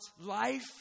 life